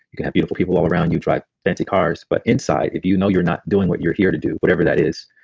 you can have beautiful people all around you drive fancy cars, but inside, if you know you're not doing what you're here to do whatever that is,